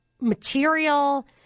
material